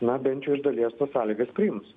na bent jau iš dalies tas sąlygas priims